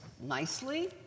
nicely